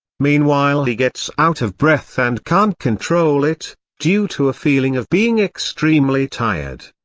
meanwhile he gets out of breath and can't control it, due to a feeling of being extremely tired.